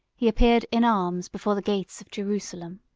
he appeared in arms before the gates of jerusalem.